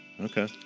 Okay